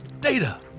Data